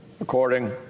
according